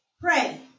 Pray